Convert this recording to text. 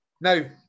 now